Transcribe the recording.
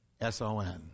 S-O-N